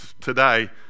today